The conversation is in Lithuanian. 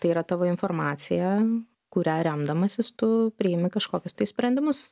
tai yra tavo informacija kuria remdamasis tu priimi kažkokius tai sprendimus